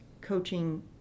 coaching